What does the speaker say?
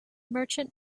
merchant